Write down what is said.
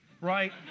right